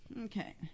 Okay